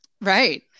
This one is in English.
Right